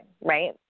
Right